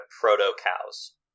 proto-cows